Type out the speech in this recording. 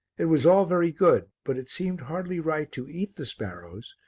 it was all very good, but it seemed hardly right to eat the sparrows,